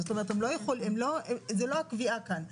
זאת אומרת זאת לא הקביעה כאן.